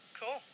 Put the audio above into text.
Cool